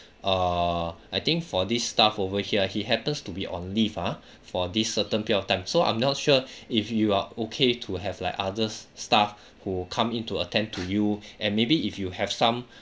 err I think for this staff over here ah he happens to be on leave ah for this certain period of time so I'm not sure if you are okay to have like others staff who come in to attend to you and maybe if you have some